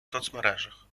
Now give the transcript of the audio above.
соцмережах